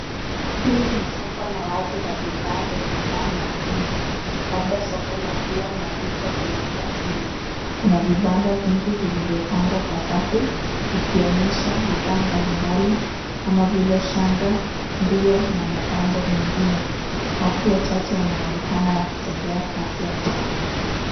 Hili ni soko la wazi la bidhaa za sanaa na ufundi, labda soko la nguo na vito vya kiasili. Kuna vibanda vingi vilivyopangwa kwa safu vikionyesha bidhaa mbalimbali kama vile shanga, nguo na mapambo mwengine. Watu wachache wanaonekana wakitembea kati ya vibanda.